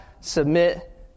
submit